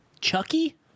Chucky